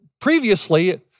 previously